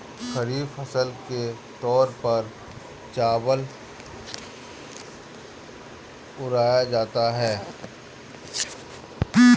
खरीफ फसल के तौर पर चावल उड़ाया जाता है